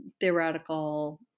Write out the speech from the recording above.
theoretical